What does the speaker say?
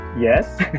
Yes